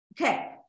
Okay